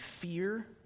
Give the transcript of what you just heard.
fear